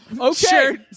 Okay